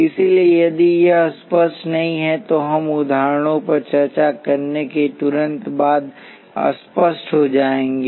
इसलिए यदि यह स्पष्ट नहीं है तो हम उदाहरणों पर चर्चा करने के तुरंत बाद स्पष्ट हो जाएंगे